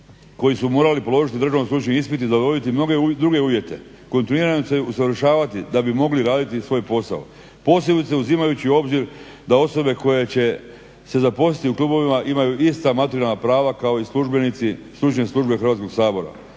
koji su morali položiti državni stručni ispit i zadovoljiti mnoge druge uvjete, kontinuirano se usavršavati da bi mogli raditi svoj posao, posebice uzimajući u obzir da osobe koje će zaposliti u klubovima imaju ista materijalna prava kao i službenici Stručne službe Hrvatskog sabora,